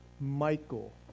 Michael